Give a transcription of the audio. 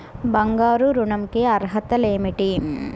బంగారు ఋణం కి అర్హతలు ఏమిటీ?